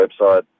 website